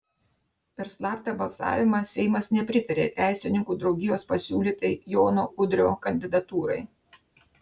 per slaptą balsavimą seimas nepritarė teisininkų draugijos pasiūlytai jono udrio kandidatūrai